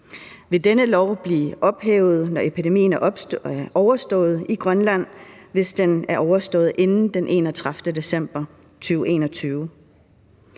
Vil denne lov blive ophævet, når epidemien er overstået i Grønland, hvis den er overstået inden den 31. december 2021?